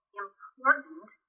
important